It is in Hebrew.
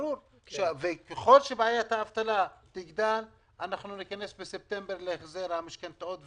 ככל שבעיית האבטלה תגדל אנחנו ניכנס בספטמבר להחזר משכנתאות והלוואות,